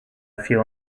feel